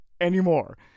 anymore